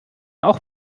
auch